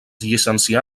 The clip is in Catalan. llicencià